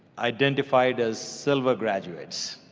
identified as silver graduates.